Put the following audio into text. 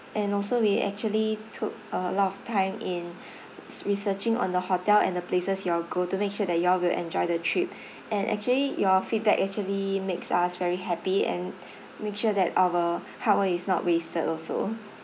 and also we actually took a lot of time in researching on the hotel and the places you all go to make sure that you all will enjoy the trip and actually your feedback actually makes us very happy and make sure that our hard work is not wasted also